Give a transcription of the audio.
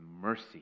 mercy